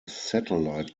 satellite